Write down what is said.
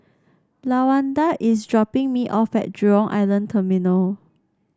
Lawanda is dropping me off at Jurong Island Terminal